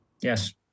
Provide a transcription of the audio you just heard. Yes